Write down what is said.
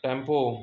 tempo